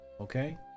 Okay